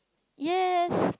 yes